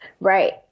Right